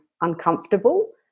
uncomfortable